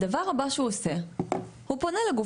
הדבר הבא שהוא עושה זה לפנות לגוף